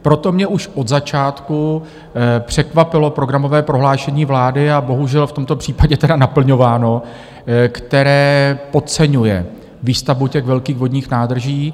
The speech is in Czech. Proto mě už od začátku překvapilo programové prohlášení vlády, a bohužel v tomto případě tedy naplňováno, které podceňuje výstavbu těch velkých vodních nádrží.